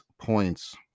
points